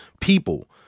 people